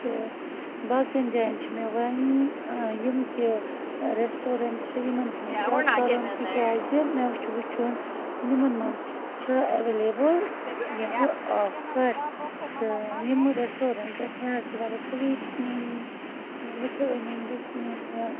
تہٕ باقِیَن جاین چھِ مےٚ وۄنۍ یِم تہِ رٮ۪سٹورنٛٹ چھِ یِمَن چھِ مےٚ چَک کَرُن تِکیٛازِ مےٚ وٕچھ وٕچھُن یِمَن منٛز چھا اٮ۪ویلیبٕل یِمہٕ آفر تہٕ یِمہٕ رٮ۪سٹورنٛٹ مےٚ حظ چھِ واریاہ سِویٖٹ نِنۍ مِٹھٲے نِنۍ بیٚیہِ چھِ نِنۍ مےٚ